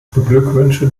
beglückwünsche